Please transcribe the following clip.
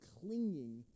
clinging